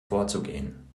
vorzugehen